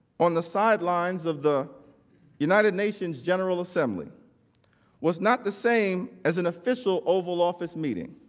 on the sidelines of the united nations general assembly was not the same as an official oval office meeting.